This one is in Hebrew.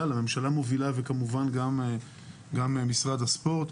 הממשלה מובילה וכמובן גם משרד הספורט.